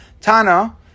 Tana